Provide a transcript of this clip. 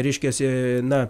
reiškiasi na